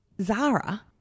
Zara